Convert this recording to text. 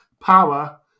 power